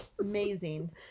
Amazing